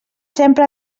sempre